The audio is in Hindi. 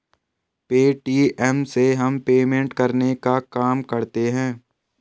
पे.टी.एम से हम पेमेंट करने का काम करते है